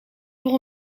voor